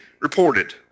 reported